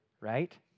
right